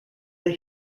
that